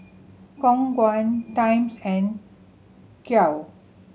Khong Guan Times and